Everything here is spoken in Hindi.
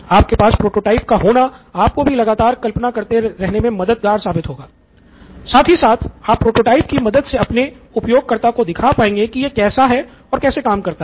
आपके पास प्रोटोटाइप का होना आपको भी लगातार कल्पना करते रहने मे मददगार साबित होगा साथ ही साथ आप प्रोटोटाइप की मदद से अपने उपयोगकर्ता को दिखा पाएंगे कि यह कैसा उनके काम आएगा